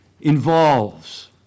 involves